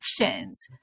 actions